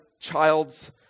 child's